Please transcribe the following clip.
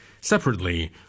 Separately